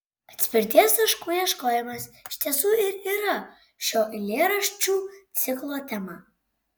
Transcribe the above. atspirties taškų ieškojimas iš tiesų ir yra šio eilėraščių ciklo tema